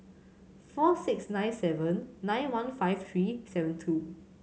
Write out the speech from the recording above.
four six nine seven nine one five three seven two